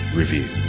review